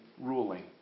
ruling